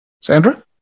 Sandra